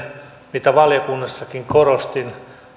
mitä valiokunnassakin korostin